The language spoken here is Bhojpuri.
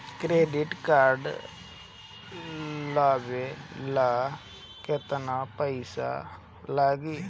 क्रेडिट कार्ड लेवे ला केतना पइसा लागी?